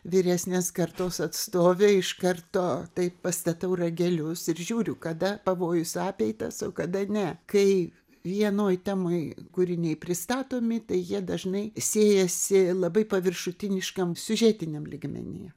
vyresnės kartos atstovė iš karto taip pastatau ragelius ir žiūriu kada pavojus apeitas o kada ne kai vienoj temoj kūriniai pristatomi tai jie dažnai siejasi labai paviršutiniškam siužetiniam lygmeny